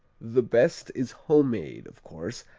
the best is homemade, of course,